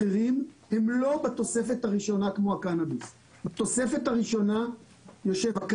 כמו המדען הראשי של משרד החקלאות, כי ישנם